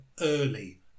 early